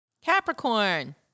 Capricorn